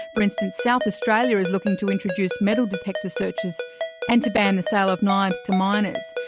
for instance, south australia is looking to introduce metal detector searches and to ban the sale of knives to minors.